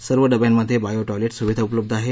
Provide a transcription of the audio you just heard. सर्व डब्यांमध्ये बॉयोटॉयलेट सुविधा उपलब्ध आहे